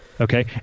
Okay